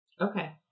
Okay